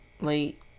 late